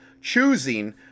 choosing